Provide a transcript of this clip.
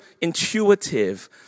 intuitive